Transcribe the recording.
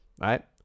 right